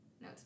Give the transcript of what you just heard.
No